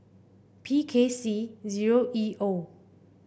P K C zero E O